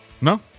No